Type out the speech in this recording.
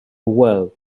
well